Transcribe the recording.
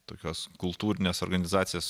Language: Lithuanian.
tokios kultūrinės organizacijos